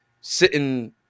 sitting